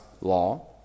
law